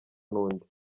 n’undi